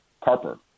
Carper